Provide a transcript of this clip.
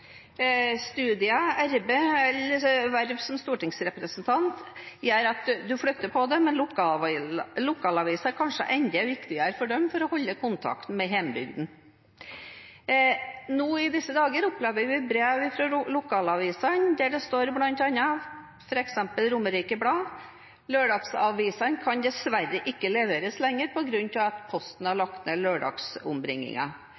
eller vervet som stortingsrepresentant gjør at man flytter på seg, men lokalavisen er kanskje enda viktigere for dem for å holde kontakten med hjembygda. Nå i disse dager opplever vi brev fra lokalavisene der det står – f.eks. i Romerikes Blad – at lørdagsavisene dessverre ikke kan leveres lenger på grunn av at Posten har